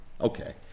Okay